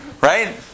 Right